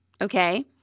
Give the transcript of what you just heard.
okay